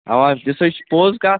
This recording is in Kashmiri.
اَوا سُہ چھِ پوٚز کَتھ